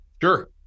Sure